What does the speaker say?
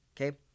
okay